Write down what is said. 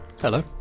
Hello